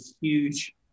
huge